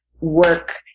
work